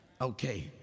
Okay